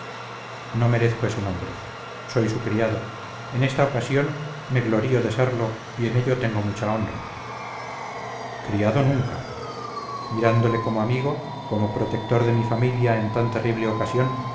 no merezco ese nombre soy su criado en esta ocasión me glorío de serlo y en ello tengo mucha honra criado nunca mirándole como amigo como protector de mi familia en tan terrible ocasión